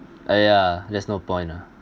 ya there's no point lah